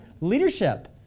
Leadership